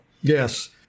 Yes